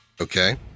Okay